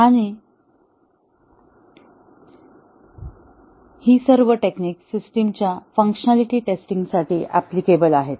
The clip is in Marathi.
आणि ही सर्व टेक्निक्स सिस्टमच्या फंकशनॅलिटी टेस्टिंग साठी अप्लिकेबल आहेत